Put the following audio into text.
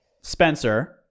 Spencer